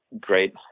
great